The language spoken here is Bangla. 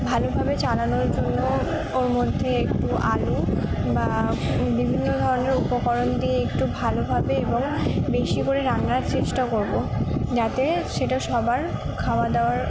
ভালোভাবে চালানোর জন্য ওর মধ্যে একটু আলু বা বিভিন্ন ধরনের উপকরণ দিয়ে একটু ভালোভাবে এবং বেশি করে রান্নার চেষ্টা করব যাতে সেটা সবার খাওয়া দাওয়ার